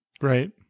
Right